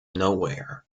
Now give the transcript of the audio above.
nowhere